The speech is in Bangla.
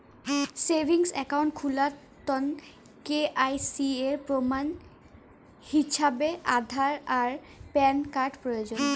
সেভিংস অ্যাকাউন্ট খুলার তন্ন কে.ওয়াই.সি এর প্রমাণ হিছাবে আধার আর প্যান কার্ড প্রয়োজন